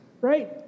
right